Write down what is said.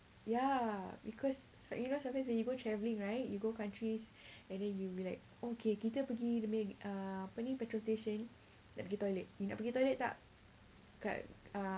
ya because it's like you know sometimes when you go travelling right you go countries and then you'll be like okay kita pergi dia punya uh apa ni petrol station nak pergi toilet nak pergi toilet tak kat ah